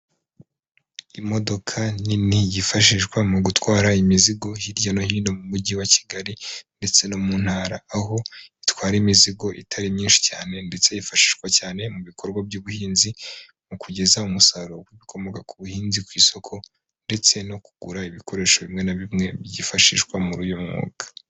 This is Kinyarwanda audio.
Imodoka nini yifashishwa mu gutwara imizigo hirya no hino mu mujyi wa Kigali ndetse no mu ntara, aho itwara imizigo itari myinshi cyane ndetse yifashishwa cyane mu bikorwa by'ubuhinzi, mu kugeza umusaruro w'ibikomoka ku buhinzi ku isoko ndetse no kugura ibikoresho bimwe na bimwe byifashishwa muri uyu mwuga.